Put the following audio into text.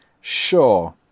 Sure